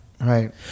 Right